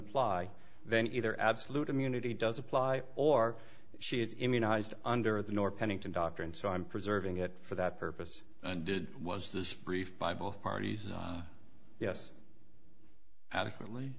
apply then either absolute immunity does apply or she is immunized under the nor pennington doctrine so i'm preserving it for that purpose and did was this brief by both parties yes a